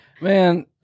Man